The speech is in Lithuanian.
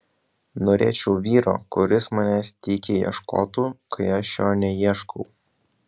norėčiau vyro kuris manęs tykiai ieškotų kai aš jo neieškau